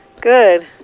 Good